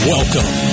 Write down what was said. Welcome